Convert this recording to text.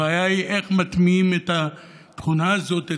הבעיה היא איך מטמיעים את התכונה הזאת,